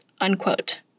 unquote